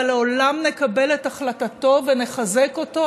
אבל לעולם נקבל את החלטתו ונחזק אותו,